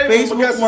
Facebook